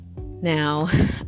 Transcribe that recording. now